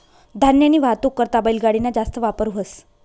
धान्यनी वाहतूक करता बैलगाडी ना जास्त वापर व्हस